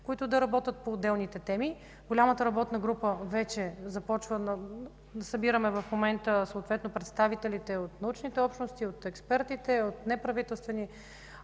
които да работят по отделните теми. Голямата работна група вече започна, събираме съответно представителите от научните общности, от експертите, от неправителствени